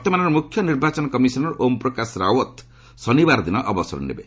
ବର୍ତ୍ତମାନର ମୁଖ୍ୟ ନିର୍ବାଚନ କମିଶନର ଓମ୍ ପ୍ରକାଶ ରାଓ୍ ତ୍ ଶନିବାର ଦିନ ଅବସର ନେବେ